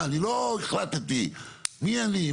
אני לא החלטתי מי אני?